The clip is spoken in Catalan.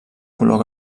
color